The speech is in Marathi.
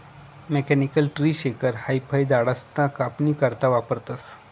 मेकॅनिकल ट्री शेकर हाई फयझाडसना कापनी करता वापरतंस